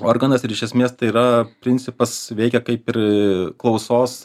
organas ir iš esmės tai yra principas veikia kaip ir klausos